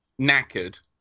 knackered